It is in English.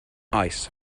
ice